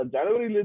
January